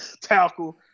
tackle